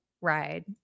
ride